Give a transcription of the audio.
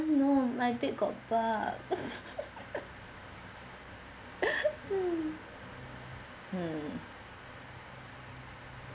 no my bed got bug hmm